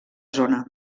zona